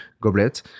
goblet